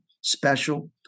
special